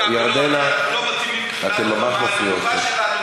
אנחנו לא מתאימים מבחינת הרמה הנמוכה שלנו,